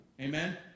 Amen